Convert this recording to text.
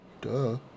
Duh